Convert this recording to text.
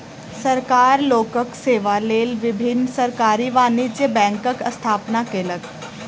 सरकार लोकक सेवा लेल विभिन्न सरकारी वाणिज्य बैंकक स्थापना केलक